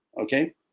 okay